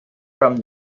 from